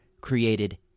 created